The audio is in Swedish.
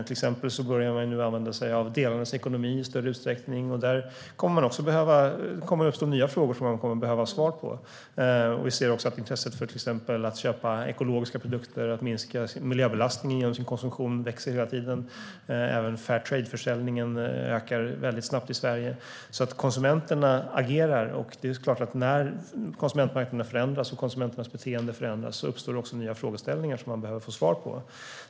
Till exempel börjar de använda sig av de olika delarna i ekonomin i större utsträckning. Där kommer nya frågor att uppstå som det kommer att behövas svar på. Vi kan se att människors intresse för att köpa ekologiska produkter och att minska miljöbelastningen genom sin konsumtion växer hela tiden. Även Fairtradeförsäljningen ökar snabbt i Sverige. Konsumenterna agerar. När konsumentmarknaden förändras och konsumenternas beteende förändras uppstår också nya frågor som man behöver få svar på.